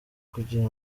kugira